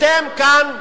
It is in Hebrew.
אתם כאן,